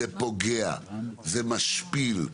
זה פוגע, זה משפיל.